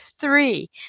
three